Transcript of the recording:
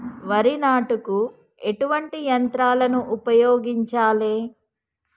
వరి నాటుకు ఎటువంటి యంత్రాలను ఉపయోగించాలే?